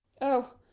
Oh